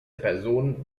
personen